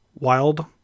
Wild